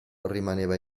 rimaneva